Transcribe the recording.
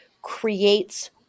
creates